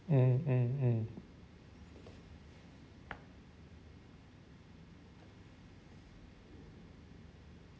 mm mm mm